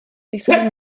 jsem